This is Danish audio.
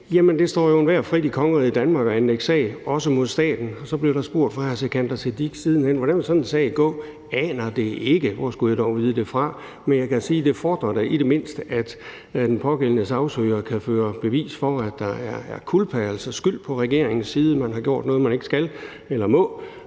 Det står jo enhver frit for i kongeriget Danmark at anlægge en sag, også mod staten. Så blev der spurgt fra hr. Sikandar Siddiques side, hvordan sådan en sag vil gå. Jeg aner det ikke. Hvor skulle jeg dog vide det fra? Men jeg kan sige, at det da i det mindste fordrer, at den pågældende sagfører kan føre bevis for, at der er culpa, altså skyld, på regeringens side, altså at man har gjort noget, man ikke skal eller